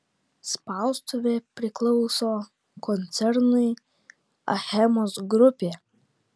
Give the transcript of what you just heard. spaustuvė priklauso koncernui achemos grupė